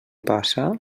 passa